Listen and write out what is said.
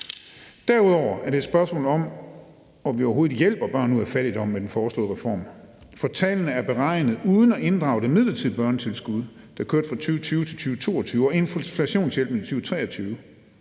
Derudover er det et spørgsmål om, om vi overhovedet hjælper børn ud af fattigdom med den foreslåede reform, for tallene er beregnet uden at inddrage det midlertidige børnetilskud, der kørte fra 2020 til 2022, og inflationshjælpen fra 2023.